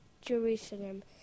Jerusalem